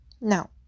Now